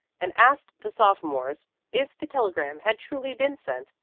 and asked the sophomores if the telegram had truly been sent,